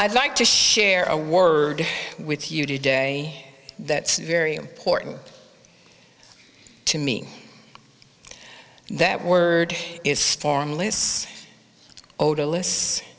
i'd like to share a word with you today that's very important to me that word is storm lists odorless